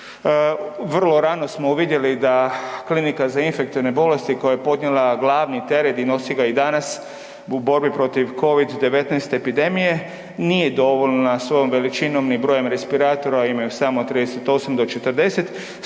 Vrlo rano smo uvidjeli da Klinika za infektivne bolesti koja je podnijela glavni teret i nosi ga i danas u borbi protiv COVID-19 epidemije nije dovoljna svojom veličinom ni brojem respiratora, imaju samo od 38 do 40